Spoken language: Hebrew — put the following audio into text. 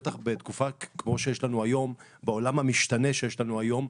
בטח בתקופה כמו שיש לנו היום בעולם המשתנה שיש לנו היום,